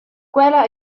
quella